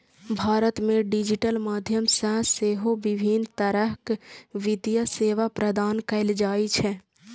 भारत मे डिजिटल माध्यम सं सेहो विभिन्न तरहक वित्तीय सेवा प्रदान कैल जाइ छै